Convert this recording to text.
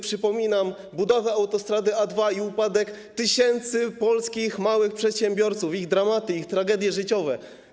Przypominam sobie budowę autostrady A2 i upadek tysięcy polskich małych przedsiębiorców, ich dramaty i tragedie życiowe.